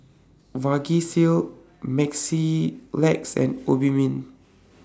Vagisil Mepilex and Obimin